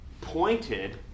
pointed